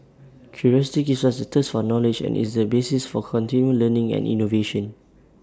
curiosity gives us the thirst one knowledge and is the basis for continual learning and innovation